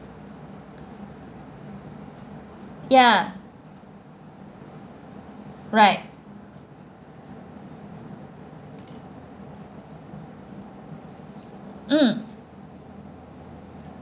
ya right mm